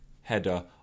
header